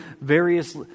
various